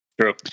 True